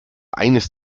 eines